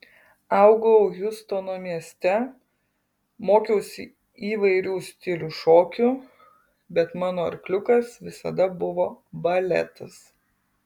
augau hjustono mieste mokiausi įvairių stilių šokių bet mano arkliukas visada buvo baletas